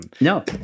No